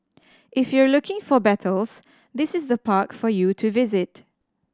if you're looking for battles this is the park for you to visit